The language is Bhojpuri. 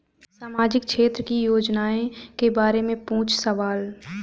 सामाजिक क्षेत्र की योजनाए के बारे में पूछ सवाल?